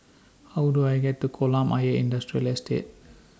How Do I get to Kolam Ayer Industrial Estate